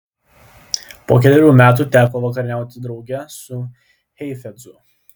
po kelerių metų teko vakarieniauti drauge su heifetzu